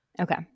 Okay